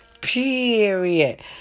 Period